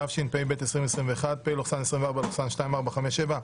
התשפ"ב-2021, פ/2583/24,